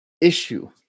issue